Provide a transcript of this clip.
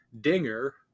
Dinger